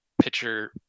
pitcher